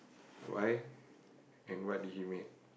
why and what did he made